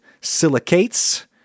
silicates